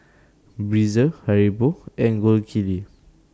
Breezer Haribo and Gold Kili